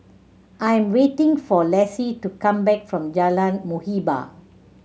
I am waiting for Lassie to come back from Jalan Muhibbah